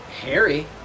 Harry